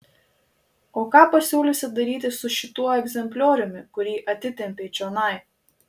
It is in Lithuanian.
o ką pasiūlysi daryti su šituo egzemplioriumi kurį atitempei čionai